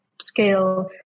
scale